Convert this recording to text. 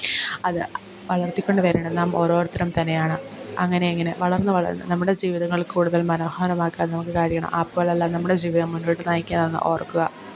അത് വളർത്തിക്കൊണ്ട് വരണം നാം ഓരോരുത്തരും തന്നെയാണ് അങ്ങനെ ഇങ്ങനെ വളർന്ന് വളർന്ന് നമ്മുടെ ജീവിതങ്ങൾ കൂടുതൽ മനോഹരമാക്കാൻ നമുക്ക് കഴിയണം അപ്പോളെല്ലാം നമ്മുടെ ജീവിതം മുന്നോട്ട് നയിക്കുക എന്ന് ഓർക്കുക